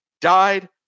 died